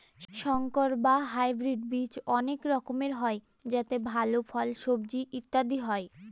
সংকর বা হাইব্রিড বীজ অনেক রকমের হয় যাতে ভাল ফল, সবজি ইত্যাদি হয়